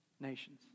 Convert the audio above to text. nations